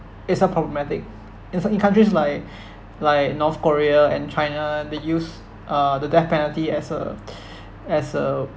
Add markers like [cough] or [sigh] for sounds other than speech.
is uh problematic [breath] in cer~ in countries [breath] like like north korea and china they use uh the death penalty as a [breath] as a